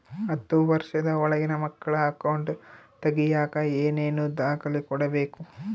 ಹತ್ತುವಷ೯ದ ಒಳಗಿನ ಮಕ್ಕಳ ಅಕೌಂಟ್ ತಗಿಯಾಕ ಏನೇನು ದಾಖಲೆ ಕೊಡಬೇಕು?